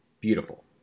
beautiful